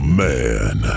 man